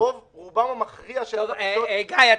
רובם המכריע של --- גיא,